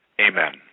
Amen